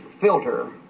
filter